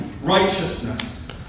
righteousness